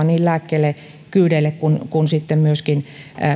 niin lääkkeille kyydeille kuin sitten myöskin